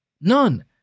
None